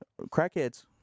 Crackheads